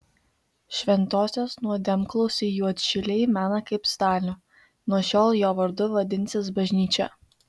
šventosios nuodėmklausį juodšiliai mena kaip stalių nuo šiol jo vardu vadinsis bažnyčia